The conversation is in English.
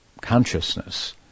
consciousness